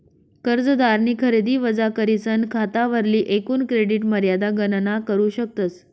कर्जदारनी खरेदी वजा करीसन खातावरली एकूण क्रेडिट मर्यादा गणना करू शकतस